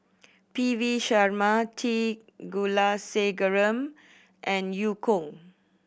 P V Sharma T Kulasekaram and Eu Kong